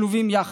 שלובים יחד.